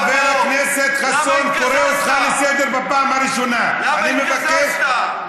חבר הכנסת יואל חסון, אני מבקש.